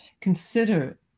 Consider